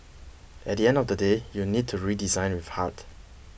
at the end of the day you need to redesign with heart